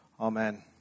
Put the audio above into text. Amen